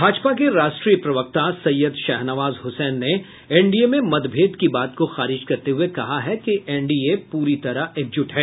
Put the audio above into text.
भाजपा के राष्ट्रीय प्रवक्ता सैयद शाहनवाज हुसैन ने एनडीए में मतभेद की बात को खारिज करते हुए कहा है कि एनडीए प्री तरह एकजुट है